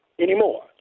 anymore